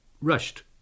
rushed